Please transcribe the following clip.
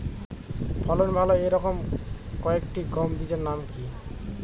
ফলন ভালো এই রকম কয়েকটি গম বীজের নাম কি?